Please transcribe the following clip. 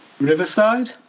Riverside